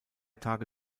tage